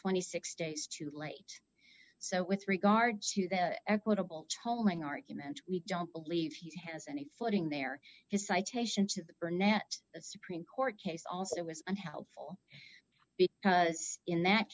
twenty six days too late so with regards to the equitable tolling argument we don't believe he has any flooding there is a citation to the burnett supreme court case also was unhelpful because in that